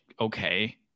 okay